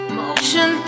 motion